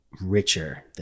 richer